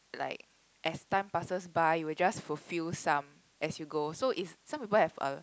like as time passes by you will just fulfill some as you go so if some people have a